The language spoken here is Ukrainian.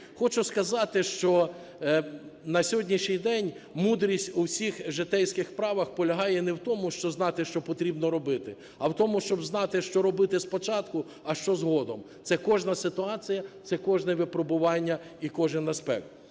Хочу сказати, що на сьогоднішній день, мудрість у всіх житейських справах полягає не в тому, щоб знати, що потрібно робити, а в тому, щоб знати, що робити спочатку, а що – згодом. Це кожна ситуація, це кожне випробування і кожен аспект.